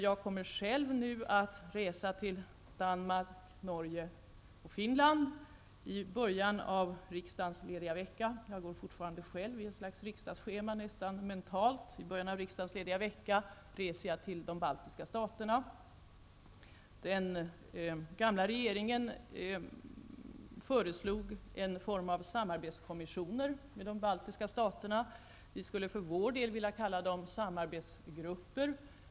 Jag kommer själv nu att resa till Danmark, Norge och Finland. I början av riksdagens lediga vecka -- jag går fortfarande själv mentalt i ett slags riksdagsschema -- reser jag till de baltiska staterna. Den gamla regeringen föreslog en form av kommissioner för samarbete med de baltiska staterna. Vi skulle för vår del vilja kalla dem samarbetsgrupper.